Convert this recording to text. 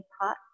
pot